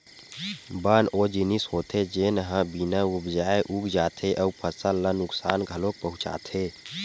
बन ओ जिनिस होथे जेन ह बिन उपजाए उग जाथे अउ फसल ल नुकसान घलोक पहुचाथे